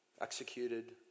executed